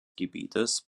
gebietes